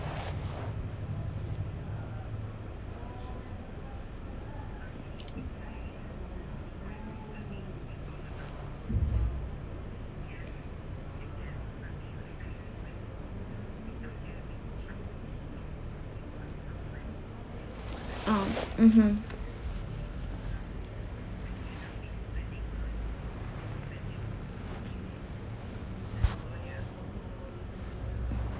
um mmhmm